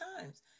times